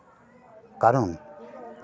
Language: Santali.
ᱠᱟᱨᱚᱱ